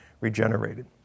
regenerated